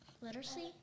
Literacy